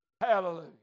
Hallelujah